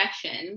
session